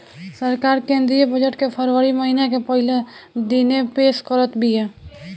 सरकार केंद्रीय बजट के फरवरी महिना के पहिला दिने पेश करत बिया